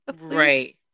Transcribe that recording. Right